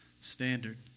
standard